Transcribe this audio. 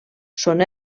són